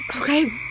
Okay